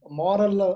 moral